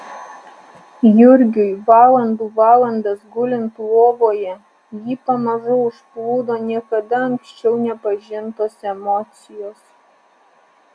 jurgiui valandų valandas gulint lovoje jį pamažu užplūdo niekada anksčiau nepažintos emocijos